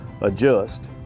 adjust